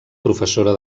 professora